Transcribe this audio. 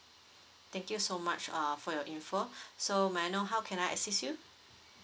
thank you so much err for your info so may I know how can I assist you